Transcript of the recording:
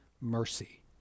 mercy